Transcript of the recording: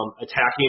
attacking